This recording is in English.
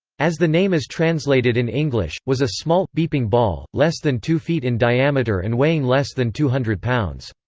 as the name is translated in english, was a small, beeping ball, less than two feet in diameter and weighing less than two hundred pounds.